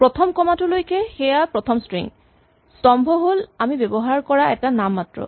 প্ৰথম কমা টোলৈকে সেয়া প্ৰথম স্ট্ৰিং স্তম্ভ হ'ল আমি ব্যৱহাৰ কৰা এটা নাম মাত্ৰ